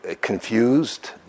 confused